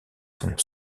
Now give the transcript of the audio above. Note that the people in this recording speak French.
sont